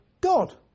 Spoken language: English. God